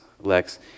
Lex